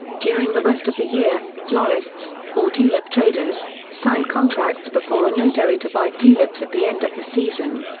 during the rest of the year, florists, or tulip traders, signed contracts before a notary to buy tulips at the end of the season.